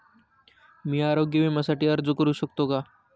मी आरोग्य विम्यासाठी अर्ज करू शकतो का?